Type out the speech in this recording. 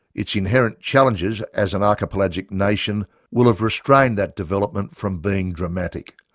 its inherent challenges as an archipelagic nation will have restrained that development from being dramatic.